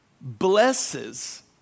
blesses